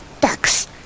ducks